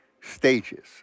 stages